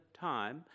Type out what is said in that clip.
time